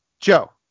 Joe